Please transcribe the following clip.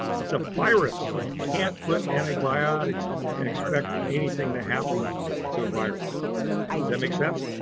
it's a virus. you can't put antibiotics and expect anything to happen to a virus. does that make sense?